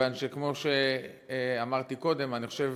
כיוון שכמו שאמרתי קודם, אני חושב